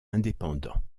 indépendants